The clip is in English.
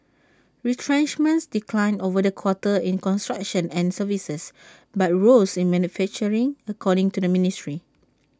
retrenchments declined over the quarter in construction and services but rose in manufacturing according to the ministry